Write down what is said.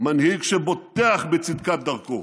מנהיג שבוטח בצדקת דרכו.